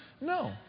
No